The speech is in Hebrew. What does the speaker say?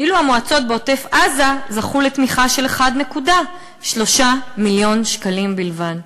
ואילו המועצות בעוטף-עזה זכו לתמיכה של 1.3 מיליון שקלים בלבד.